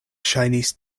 ŝajnis